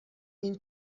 این